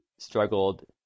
struggled